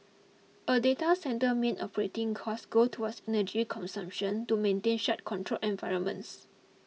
a data centre main operating costs go towards energy consumption to maintain such controlled environments